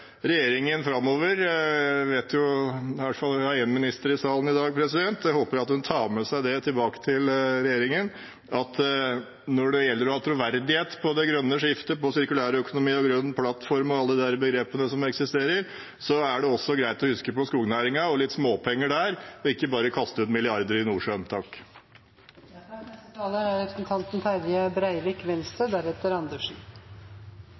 i salen i dag – tar med seg det tilbake til regjeringen, at når det gjelder å ha troverdighet på det grønne skiftet, sirkulærøkonomi og grønn plattform og alle disse begrepene som eksisterer, er det også greit å huske på skognæringen og litt småpenger der og ikke bare kaste ut milliarder i Nordsjøen. Damene har rangen! Ja, sånn er det! Det var eigentleg representanten